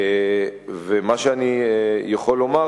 האם זה נכון ומה אנחנו עושים כדי להתמודד עם התופעה,